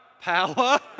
power